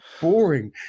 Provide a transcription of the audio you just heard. boring